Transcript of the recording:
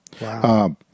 Wow